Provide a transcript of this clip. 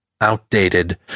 outdated